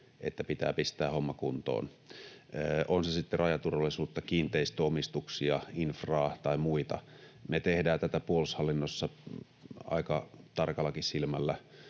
että pitää pistää homma kuntoon, on se sitten rajaturvallisuutta, kiinteistöomistuksia, infraa tai muita. Me tehdään tätä puolustushallinnossa aika tarkallakin silmällä,